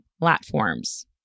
platforms